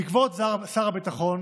בעקבות דוח שר הביטחון